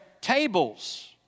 tables